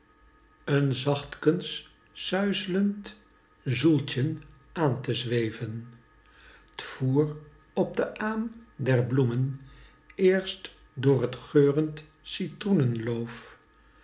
een zachtkens suizlend zoeltjen aan te zweven t voer op den aem der bloemen eerst door c geurend citroenenloof toen